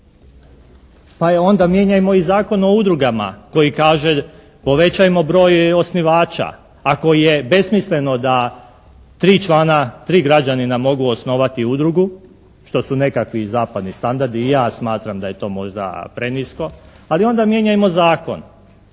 Pa je onda mijenjamo i Zakon o udrugama koji kaže: "povećajmo broj osnivača". Ako je besmisleno da tri člana, tri građanina mogu osnovati udrugu što su nekakvi zapadni standardi i ja smatram da je to možda prenisko ali onda mijenjamo zakon